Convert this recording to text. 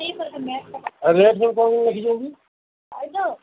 rate ସବୁ କ'ଣ କେମିତି ରଖିଛନ୍ତି